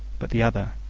but the other,